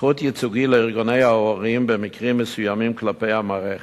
זכות ייצוג לארגוני ההורים במקרים מסוימים כלפי המערכת.